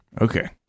Okay